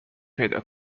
پیدا